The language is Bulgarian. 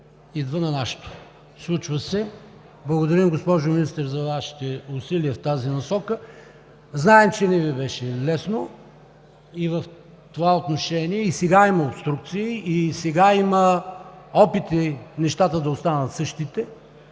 идва на нашето, случва се. Благодаря Ви, госпожо Министър, за Вашите усилия в тази насока. Знаем, че не Ви беше лесно в това отношение. И сега има обструкции, и сега има опити нещата да останат същите,